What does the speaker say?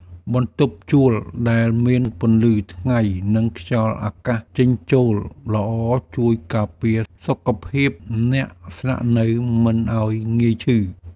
បន្ទប់ជួលដែលមានពន្លឺថ្ងៃនិងខ្យល់អាកាសចេញចូលល្អជួយការពារសុខភាពអ្នកស្នាក់នៅមិនឱ្យងាយឈឺ។